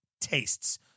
tastes